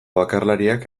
bakarlariak